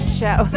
show